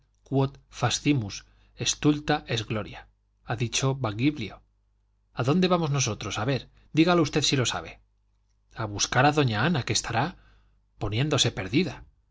facimus stulta est gloria ha dicho baglivio a dónde vamos nosotros a ver dígalo usted si lo sabe a buscar a doña ana que estará poniéndose perdida